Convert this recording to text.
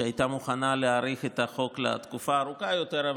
שהייתה מוכנה להאריך את החוק לתקופה ארוכה יותר,